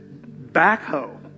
backhoe